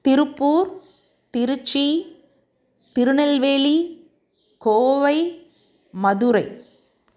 Tiruppur Tiruchi Tirunelveli Kovai Madurai